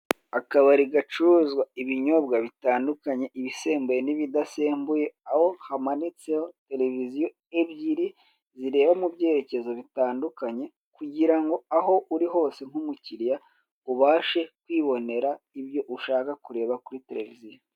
Akabari gacuruza ibinyobwa bitandukanye ibisembuye n'ibidasembuye aho hamanitseho tereviziyo ebyiri zireba mu byerekezo bitandukanye kugira ngo aho uri hose nk'umukiriya ubashe kwibonera ibyo ushaka kureba kuri tereviziyo.